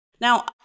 Now